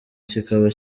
kikaba